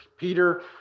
Peter